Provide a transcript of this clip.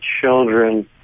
children